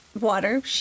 water